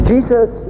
Jesus